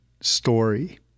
story